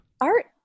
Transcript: Art